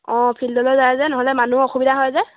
অঁ ফিল্ডলৈ যায় যে নহ'লে মানুহৰ অসুবিধা হয় যে